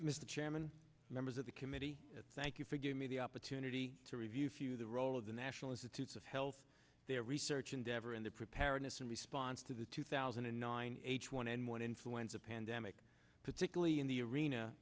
mr chairman members of the committee thank you for giving me the opportunity to review a few of the role of the national institutes of health their research endeavor and the preparedness and response to the two thousand and nine h one n one influenza pandemic particularly in the arena